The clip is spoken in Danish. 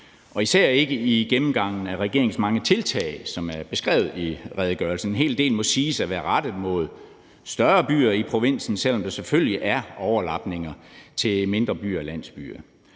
især ikke i gennemgangen af regeringens mange tiltag, som er beskrevet i redegørelsen. En hel del må siges at være rettet mod større byer i provinsen, selv om der selvfølgelig er overlapninger til mindre byer og landsbyer.